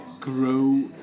grow